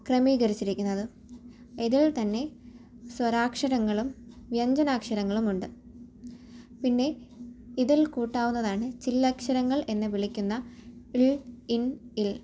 ക്രമീകരിച്ചരിക്കുന്നത് ഇതിൽ ത്തന്നെ സ്വരാക്ഷരങ്ങളും വ്യഞ്ജാനാക്ഷരങ്ങളും ഉണ്ട് പിന്നെ ഇതിൽ കൂട്ടാവുന്നതാണ് ചില്ലക്ഷരങ്ങൾ എന്ന് വിളിക്കുന്ന ഒരു ഇൻ ഇൽ